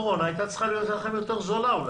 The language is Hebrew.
קורונה הייתה צריכה להיות לכם יותר זולה אולי.